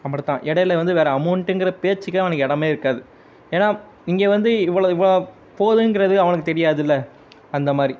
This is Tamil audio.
அம்முட்டு தான் எடையில் வந்து வேறு அமௌண்ட்டுங்கிற பேச்சுக்கே அவனுக்கு இடமே இருக்காது ஏனால் இங்கே வந்து இவ்வளோ இவ்வளோ போதுங்கிறது அவனுக்கு தெரியாதில்ல அந்த மாதிரி